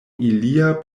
ilia